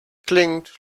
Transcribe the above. klingt